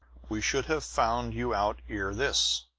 we should have found you out ere this.